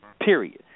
period